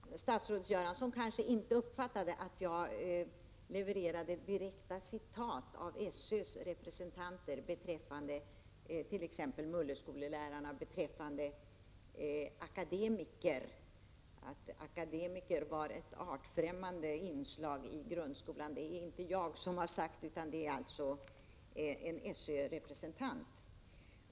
Herr talman! Statsrådet Göransson kanske inte uppfattade att jag levererade direkta citat från SÖ:s representanter beträffande t.ex. mulleskolelärarna och beträffande akademiker att de var ett artfrämmande inslag i grundskolan. Det är inte jag som sagt det, utan det är en SÖ-representant.